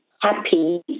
happy